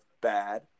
bad